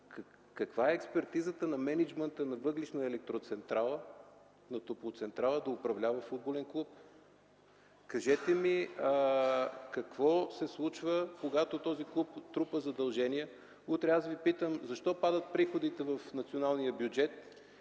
Каква е експертизата на мениджмънта на въглищна електроцентрала, на топлоцентрала да управлява футболен клуб? Кажете ми какво се случва, когато този клуб трупа задължения? Утре аз Ви питам: „Защо падат приходите в националния бюджет?”